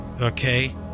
okay